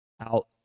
out